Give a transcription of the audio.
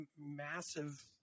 massive